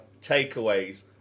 takeaways